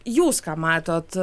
jūs ką matot